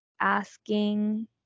asking